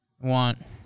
Want